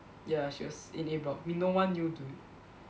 ya she was in A block I mean no one knew too